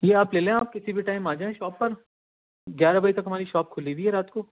یہ آپ لے لیں آپ کسی ٹائم آجائیں شاپ پر گیارہ بجے تک ہماری شاپ کھلی ہوئی ہے رات کو